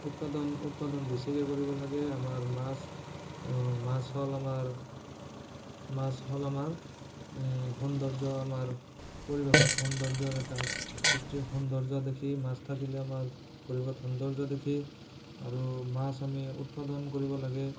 উৎপাদন উৎপাদন বেছিকৈ কৰিব লাগে আমাৰ মাছ মাছ হ'ল আমাৰ মাছ হ'ল আমাৰ সৌন্দৰ্য আমাৰ পৰিৱেশত সৌন্দৰ্যৰ এটা সৃষ্টিৰ সৌন্দৰ্য দেখি মাছ থাকিলে আমাৰ পৰিৱেশত সৌন্দৰ্য দেখি আৰু মাছ আমি উৎপাদন কৰিব লাগে